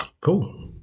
Cool